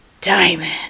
diamond